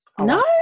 No